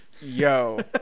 Yo